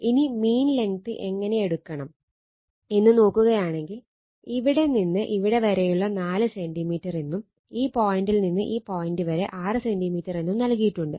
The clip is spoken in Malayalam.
ഇനി മീൻ ലെങ്ത്ത് എങ്ങനെ എടുക്കണം എന്ന് നോക്കുകയാണെങ്കിൽ ഇവിടെ നിന്ന് ഇവിടെ വരെയുള്ള ഉയരം 4 സെന്റിമീറ്റർ എന്നും ഈ പോയന്റിൽ നിന്ന് ഈ പോയന്റ് വരെ 6 സെന്റിമീറ്റർ എന്നും നൽകിയിട്ടുണ്ട്